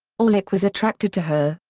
orlick was attracted to her,